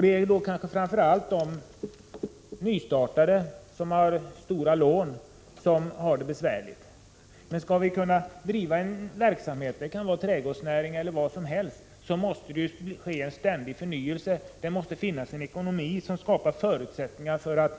Framför allt gäller detta de nystartade företagen, som har stora lån. Skall det vara möjligt att driva en verksamhet, det må gälla trädgårdsnäringen eller vad som helst, måste det till en ständig förnyelse. Ekonomin måste skapa förutsättningar för